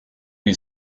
you